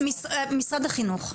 תודה, משרד החינוך,